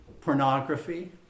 pornography